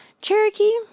Cherokee